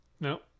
No